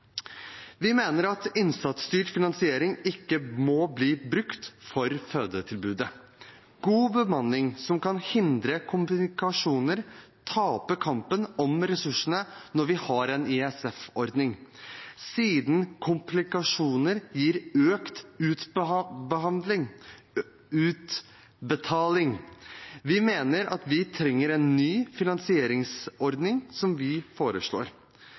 Vi mener at innsatsstyrt finansiering ikke må bli brukt for fødetilbudet. God bemanning som kan hindre komplikasjoner, taper kampen om ressursene når vi har en ISF-ordning, siden komplikasjoner gir økt utbetaling. Vi mener at vi trenger en ny finansieringsordning, som vi foreslår.